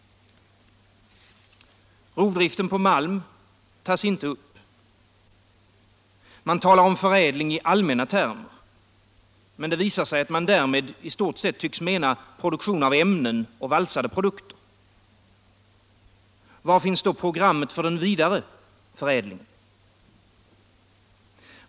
Rovdriften tas inte upp. Man talar om förädling i allmänna termer. Men det visar sig att man därmed menar i stort sett produktion av ämnen och valsade produkter. Var finns då programmet för den vidare förädlingen?